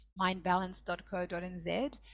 mindbalance.co.nz